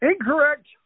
Incorrect